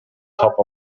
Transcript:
top